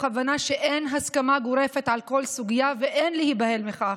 הבנה שאין הסכמה גורפת על כל סוגיה ואין להיבהל מכך.